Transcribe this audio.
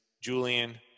Julian